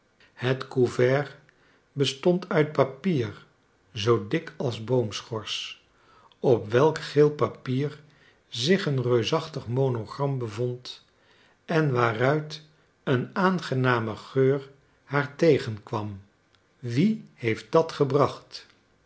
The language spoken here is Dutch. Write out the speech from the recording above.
het couvert bestond uit papier zoo dik als boomschors op welk geel papier zich een reusachtig monogram bevond en waaruit een aangename geur haar tegenkwam wie heeft dat gebracht